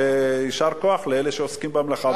ויישר כוח לאלה שעוסקים במלאכה.